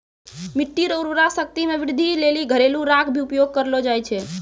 मिट्टी रो उर्वरा शक्ति मे वृद्धि लेली घरेलू राख भी उपयोग करलो जाय छै